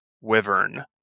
Wyvern